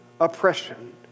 oppression